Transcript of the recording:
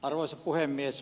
arvoisa puhemies